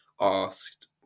asked